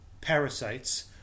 parasites